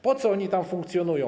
Po co oni tam funkcjonują?